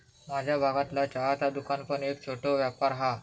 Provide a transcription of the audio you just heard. माझ्या भागतला चहाचा दुकान पण एक छोटो व्यापार हा